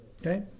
Okay